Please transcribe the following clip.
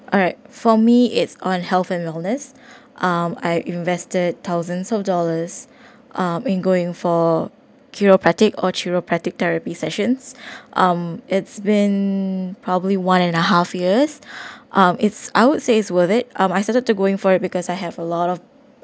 alright for me it's on health and wellness um I invested thousands of dollars uh and going for chiropractic or chiropractic therapy sessions um it's been probably one and a half years um it's I would say it's worth it um I started to going for it because I have a lot of